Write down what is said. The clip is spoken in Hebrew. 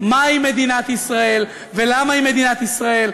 מהי מדינת ישראל ולמה היא מדינת ישראל.